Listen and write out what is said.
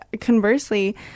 Conversely